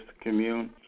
Commune